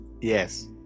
Yes